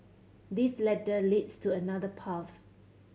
this ladder leads to another path